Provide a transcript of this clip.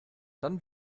dann